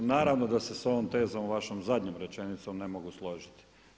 Naravno da se s ovom tezom, vašom zadnjom rečenicom, ne mogu složiti.